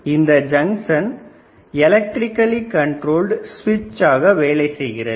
அந்த junction x மின்னியல் கட்டுப்பாட்டு ஸ்விச் ஆக வேலை செய்கிறது